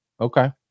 okay